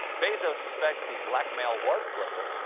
bezos suspects the blackmail was political,